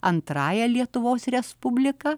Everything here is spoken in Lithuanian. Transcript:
antrąja lietuvos respublika